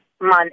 month